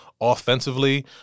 offensively